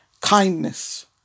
kindness